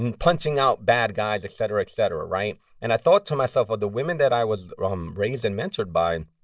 and punching out bad guys, et cetera, et cetera, right? and i thought to myself, well, the women that i was um raised and mentored by,